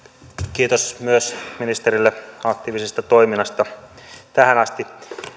kiitos myös ministerille aktiivisesta toiminnasta tähän asti